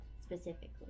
specifically